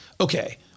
okay